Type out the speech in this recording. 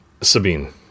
Sabine